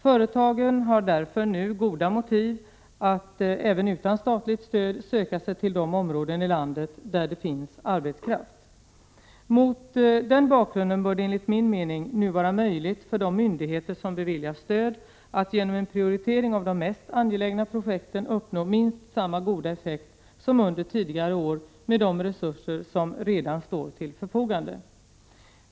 Företagen har därför nu goda motiv att, även utan statligt stöd, söka sig till de områden i landet där det finns arbetskraft. Mot den bakgrunden bör det enligt min mening nu vara möjligt för de myndigheter 21 som beviljar stöd att, genom en prioritering av de mest angelägna projekten, uppnå minst samma goda effekt som under tidigare år med de resurser som redan står till förfogande.